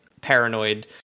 paranoid